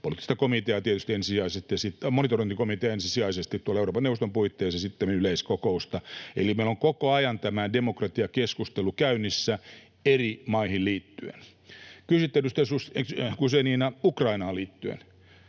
yleiskokoukselle, ensisijaisesti monitorointikomitealle Euroopan neuvoston puitteissa ja sittemmin yleiskokoukselle. Eli meillä on koko ajan tämä demokratiakeskustelu käynnissä eri maihin liittyen. Kysyitte, edustaja Guzenina, Ukrainaan liittyen.